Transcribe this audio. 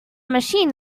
machine